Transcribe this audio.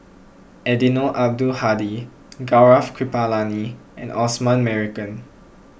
Eddino Abdul Hadi Gaurav Kripalani and Osman Merican